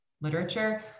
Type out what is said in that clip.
literature